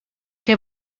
què